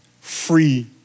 free